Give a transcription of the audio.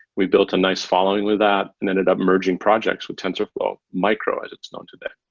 we've built a nice following with that and ended up merging projects with tensorflow. micro, as it's known today,